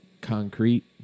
concrete